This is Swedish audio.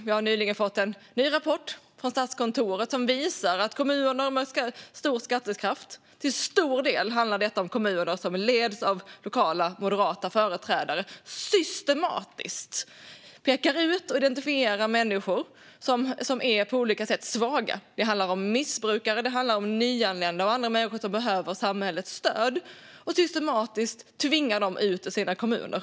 Vi har nyligen fått en rapport från Statskontoret som visar att kommuner med stor skattekraft - till stor del handlar det om kommuner som leds av moderata företrädare - systematiskt pekar ut och identifierar människor som på olika sätt är svaga. Det handlar om missbrukare. Det handlar om nyanlända och om andra människor som behöver samhällets stöd. Man tvingar systematiskt ut dessa människor ur sina kommuner.